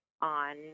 on